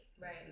right